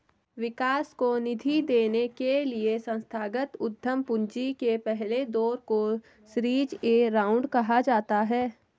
विकास को निधि देने के लिए संस्थागत उद्यम पूंजी के पहले दौर को सीरीज ए राउंड कहा जाता है